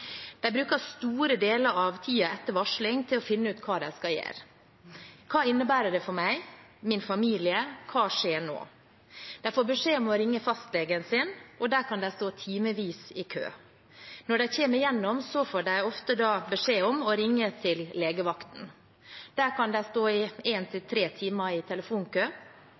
De bruker store deler av tiden etter varsling til å finne ut hva de skal gjøre. Hva innebærer det for meg, min familie? Hva skjer nå? De får beskjed om å ringe fastlegen sin, og der kan de stå timevis i kø. Når de kommer gjennom, får de ofte beskjed om å ringe til legevakten. Der kan de stå én til tre timer i telefonkø.